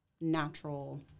natural